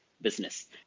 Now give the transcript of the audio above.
business